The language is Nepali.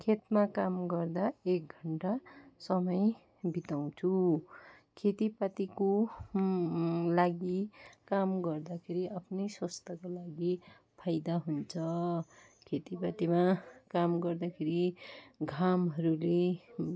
खेतमा काम गर्दा एक घन्टा समय बिताउँछु खेति पातीको लागि काम गर्दाखेरि आफ्नै स्वास्थको लागि फाइदा हुन्छ खेति पातिमा काम गर्दाखेरि घामहरूले